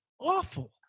awful